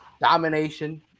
Domination